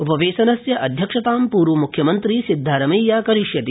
उपवेशनस्य अध्यक्षताम् पूर्वम्ख्यमन्त्री सिद्धारमैया करिष्यति